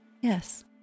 yes